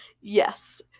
Yes